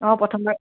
অঁ প্ৰথমবাৰ